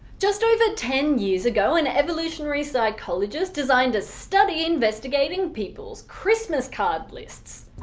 just over ten years ago an evolutionary psychologist designed a study investigating people's christmas card lists.